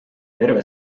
terve